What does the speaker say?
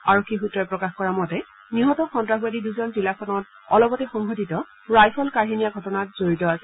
আৰক্ষী সূত্ৰই প্ৰকাশ কৰা মতে নিহত সন্ত্ৰাসবাদী দুজন জিলাখনত অলপতে সংঘটিত ৰাইফল কাঢ়ি নিয়া ঘটনাত জড়িত আছিল